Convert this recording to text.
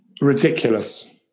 Ridiculous